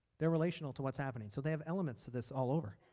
they are relational to what's happening. so they have elements to this all over.